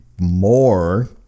more